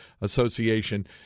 Association